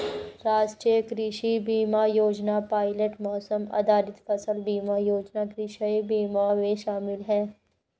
राष्ट्रीय कृषि बीमा योजना पायलट मौसम आधारित फसल बीमा योजना कृषि बीमा में शामिल है